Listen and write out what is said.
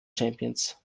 champions